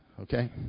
Okay